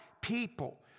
people